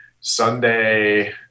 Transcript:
Sunday